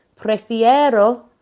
prefiero